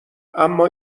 اما